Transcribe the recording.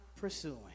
pursuing